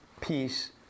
peace